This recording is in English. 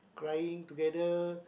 crying together